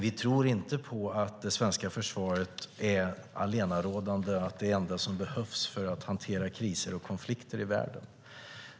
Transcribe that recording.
Vi tror dock inte att det svenska försvaret är allenarådande och det enda som behövs för att hantera kriser och konflikter i världen.